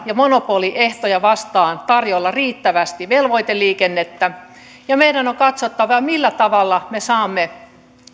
ja monopoliehtoja vastaan tarjolla riittävästi velvoiteliikennettä ja meidän on katsottava millä tavalla me saamme